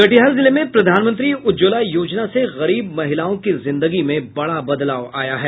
कटिहार जिले में प्रधानमंत्री उज्ज्वला योजना से गरीब महिलाओं की जिंदगी में बड़ा बदलाव आया है